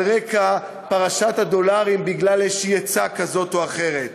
על רקע פרשת הדולרים, בגלל איזו עצה כזאת או אחרת,